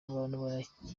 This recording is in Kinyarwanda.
abantu